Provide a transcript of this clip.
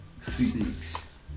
six